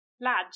Lads